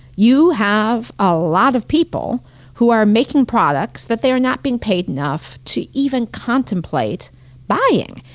you have a lot of people who are making products that they are not being paid enough to even contemplate buying.